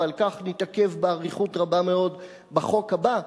ועל כך נתעכב באריכות רבה מאוד בחוק הבא.